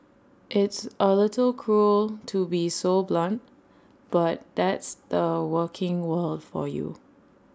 it's A little cruel to be so blunt but that's the working world for you